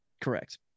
Correct